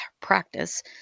practice